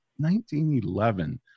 1911